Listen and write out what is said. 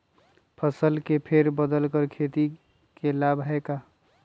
फसल के फेर बदल कर खेती के लाभ है का?